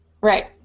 Right